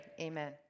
amen